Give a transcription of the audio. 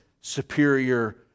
superior